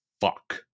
fuck